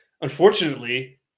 Unfortunately